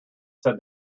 said